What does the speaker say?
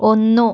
ഒന്നു